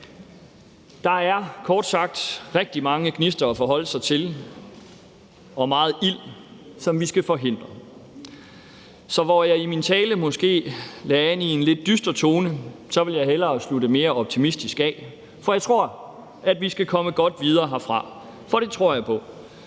Der er kort sagt rigtig mange gnister at forholde sig til og meget ild, som vi skal forhindre. Så hvor jeg i min tale måske lagde ud i en lidt dyster tone, vil jeg slutte lidt mere optimistisk af, for jeg tror, at vi nok skal komme godt videre herfra. Det tror jeg på,